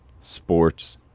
sports